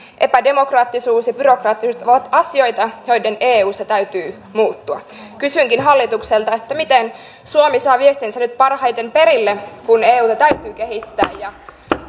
epädemokraattisuus ja byrokraattisuus ovat asioita joiden eussa täytyy muuttua kysynkin hallitukselta miten suomi saa viestinsä nyt parhaiten perille kun euta täytyy kehittää ja